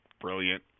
Brilliant